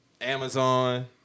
Amazon